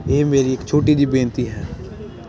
ਇਹ ਮੇਰੀ ਇੱਕ ਛੋਟੀ ਜਿਹੀ ਬੇਨਤੀ ਹੈ